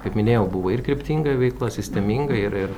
kaip minėjau buvo ir kryptinga veikla sisteminga ir ir